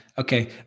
Okay